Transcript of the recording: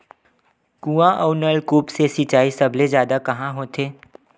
कुआं अउ नलकूप से सिंचाई सबले जादा कहां होथे?